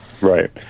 Right